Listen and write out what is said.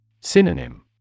Synonym